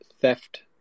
theft